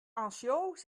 anciaux